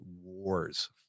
wars